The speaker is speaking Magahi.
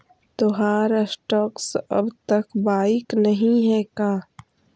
तोहार स्टॉक्स अब तक बाइक नही हैं का